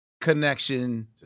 connection